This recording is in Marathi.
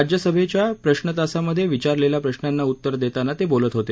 राज्यसभेच्या प्रश्रतासामधे विचारलेल्या प्रश्नांना उत्तरं देताना ते बोलत होते